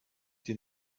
den